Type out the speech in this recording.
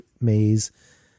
maze